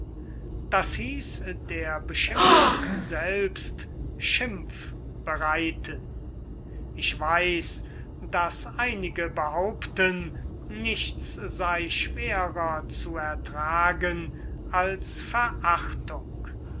das hieß der beschimpfung selbst schimpf bereiten ich weiß daß einige behaupten nichts sei schwerer als verachtung